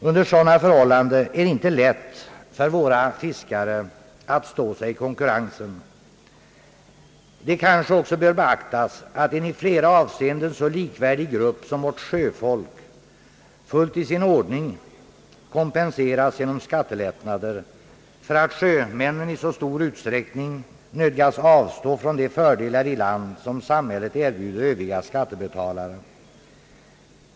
Under sådana förhållanden är det inte lätt för våra fiskare att stå sig i konkurrensen. Det bör kanske även beaktas, att en i flera avseenden så likvärdig grupp som vårt sjöfolk — fullt i sin ordning — kompenseras genom skattelättnader för att sjömännen i så stor utsträckning nödgas avstå från de fördelar i land, som samhället erbjuder övriga skattebetalare.